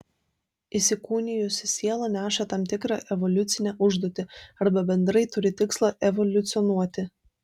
įsikūnijusi siela neša tam tikrą evoliucinę užduotį arba bendrai turi tikslą evoliucionuoti